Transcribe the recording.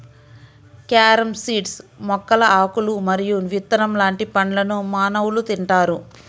carom seeds మొక్కల ఆకులు మరియు విత్తనం లాంటి పండ్లను మానవులు తింటారు